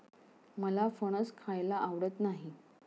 मला फणस खायला आवडत नाही